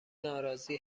ناراضی